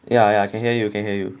yeah yeah can hear you can hear you